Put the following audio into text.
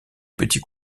petits